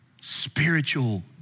Spiritual